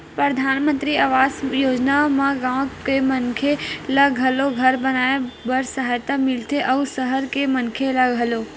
परधानमंतरी आवास योजना म गाँव के मनखे ल घलो घर बनाए बर सहायता मिलथे अउ सहर के मनखे ल घलो